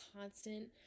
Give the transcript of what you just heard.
constant